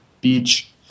beach